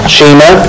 Shema